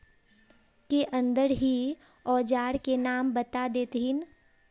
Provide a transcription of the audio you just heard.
के अंदर ही औजार के नाम बता देतहिन?